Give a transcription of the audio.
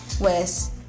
Wes